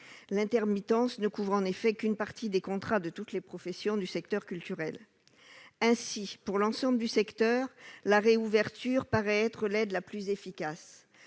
L'intermittence ne couvre en effet qu'une partie des contrats de toutes les professions du secteur culturel. Ainsi, pour l'ensemble du secteur, la réouverture paraît être l'aide la plus efficace.